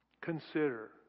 consider